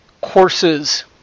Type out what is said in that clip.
courses